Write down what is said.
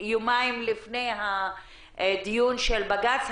יומיים לפני הדיון של בג"ץ,